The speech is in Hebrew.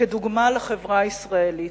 כדוגמה לחברה הישראלית,